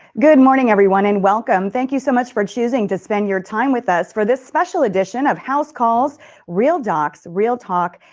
good morning everyone and welcome, thank you so much for choosing to spend your time with us for the special edition of house calls real docs, real talk.